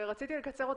רציתי לקצר אותך,